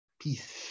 Peace